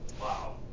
Wow